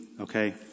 Okay